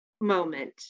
moment